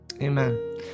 Amen